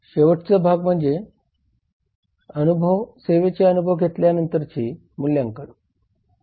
शेवटची भाग म्हणजे सेवेचे अनुभव घेतल्या नंतरचे मुल्याकंन करणे होय